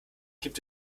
gibt